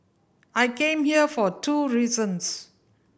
I came here for two reasons